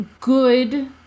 Good